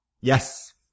Yes